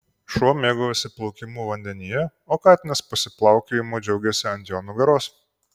šuo mėgaujasi plaukimu vandenyje o katinas pasiplaukiojimu džiaugiasi ant jo nugaros